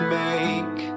make